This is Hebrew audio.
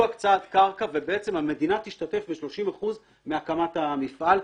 הקצאת קרקע ובעצם המדינה תשתתף ב-30 אחוזים מהקמת המפעל.